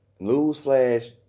newsflash